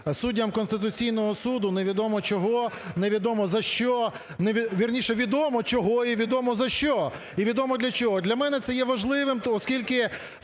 суддям Конституційного Суду, невідомо чого, невідомо за що, вірніше, відомо, чого, і відомо, за що, і відомо, для чого. Для мене це є важливим, оскільки